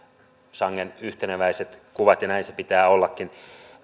sangen yhteneväiset kuvat ja näin sen pitää ollakin